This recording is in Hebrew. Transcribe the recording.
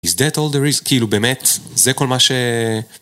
Is that all there is? כאילו באמת, זה כל מה ש...